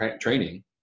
training